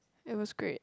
it was great